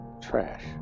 trash